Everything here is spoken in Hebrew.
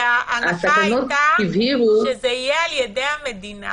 כי ההנחה הייתה שזה יהיה על ידי המדינה